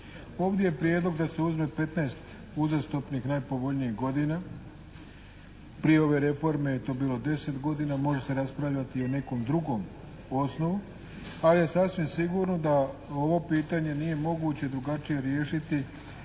Ovdje je prijedlog da se uzme 15 uzastopnih najpovoljnijih godina. Prije ove reforme je to bilo 10 godina. Može se raspravljati i o nekom drugom osnovu, ali je sasvim sigurno da ovo pitanje nije moguće drugačije riješiti